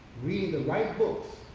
read the white books,